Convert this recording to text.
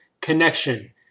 connection